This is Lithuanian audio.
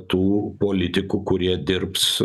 tų politikų kurie dirbs